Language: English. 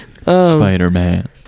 spider-man